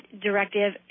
directive